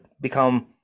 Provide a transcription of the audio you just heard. become